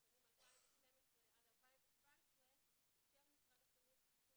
בשנים 2012 עד 2017 אישר משרד החינוך תקצוב